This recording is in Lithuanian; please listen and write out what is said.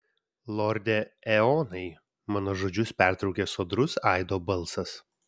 lorde eonai mano žodžius pertraukė sodrus aido balsas